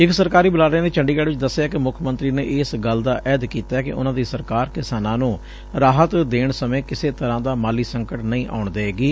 ਇਕ ਸਰਕਾਰੀ ਬੁਲਾਰੇ ਨੈ ਚੰਡੀਗੜ੍ ਚ ਦਸਿਆ ਕਿ ਮੁੱਖ ਮੰਤਰੀ ਨੇ ਇਸ ਗੱਲ ਦਾ ਅਹਿਦ ਕੀਤੈ ਕਿ ਉਨਾਂ ਦੀ ਸਰਕਾਰ ਕਿਸਾਨਾਂ ਨੂੰ ਰਾਹਤ ਦੇਣ ਸਮੇਂ ਕਿਸੇ ਤਰੂਾਂ ਦਾ ਮਾਲੀ ਸੰਕਟ ਨਹੀਂ ਆਉਣ ਦਏਗੀ